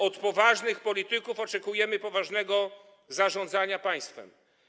Od poważnych polityków oczekujemy poważnego zarządzania państwem.